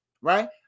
right